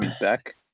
Beck